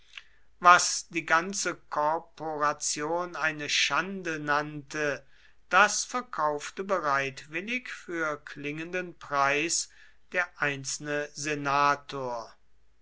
was die ganze korporation eine schande nannte das verkaufte bereitwillig für klingenden preis der einzelne senator